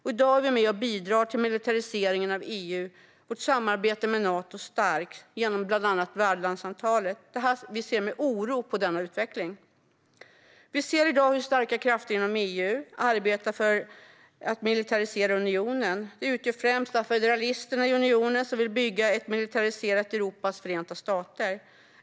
I dag är vi med och bidrar till militariseringen av EU, och vårt samarbete med Nato stärks bland annat genom värdlandsavtalet. Vi ser med oro på denna utveckling. Vi ser i dag hur starka krafter inom EU arbetar för att militarisera unionen. De utgörs främst av federalisterna i unionen som vill bygga ett militariserat Europas förenta stater.